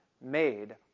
made